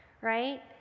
Right